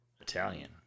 Italian